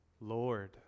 Lord